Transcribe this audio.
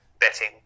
betting